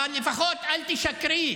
אבל לפחות אל תשקרי.